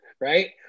right